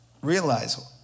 realize